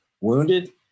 wounded